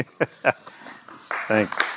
Thanks